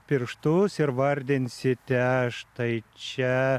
pirštus ir vardinsite štai čia